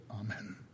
Amen